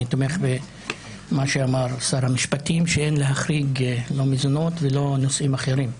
אני תומך במה שאמר שר המשפטים שאין להחריג לא מזונות ולא נושאים אחרים.